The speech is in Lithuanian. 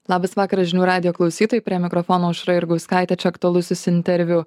labas vakaras žinių radijo klausytojai prie mikrofono aušra jurgauskaitė čia aktualusis interviu